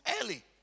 early